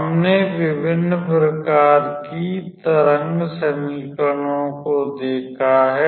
हमने विभिन्न प्रकार की तरंग समीकरणों को देखा है